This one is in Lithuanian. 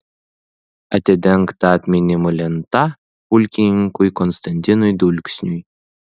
atidengta atminimo lenta pulkininkui konstantinui dulksniui